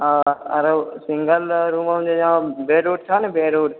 आओर सिंगल रूममे बेड उड छह ने बेड उड